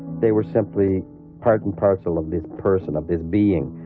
they were simply part and parcel of this person, of this being.